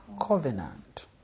covenant